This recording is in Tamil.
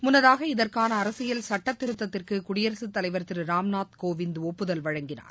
முன்னதாக இதற்கானஅரசியல் சட்டத்திருத்தத்திற்குகுடியரசுத்தலைவர் திருராம்நாத் கோவிந்த் ஒப்புதல் வழங்கினார்